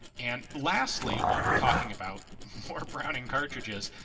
and lastly, while we're talking about more browning cartridges,